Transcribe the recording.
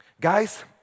Guys